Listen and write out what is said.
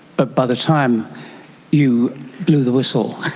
but by the time you blew the whistle